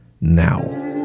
now